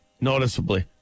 noticeably